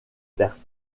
pertes